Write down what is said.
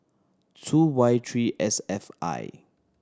two Y three S F I